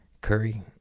curry